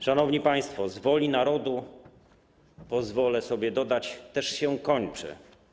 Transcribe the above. Szanowni państwo, z woli narodu, pozwolę sobie dodać, też się kończy.